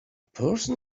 person